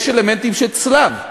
יש אלמנטים של צלב,